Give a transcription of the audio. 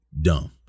dumb